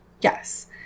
Yes